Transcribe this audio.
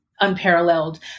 unparalleled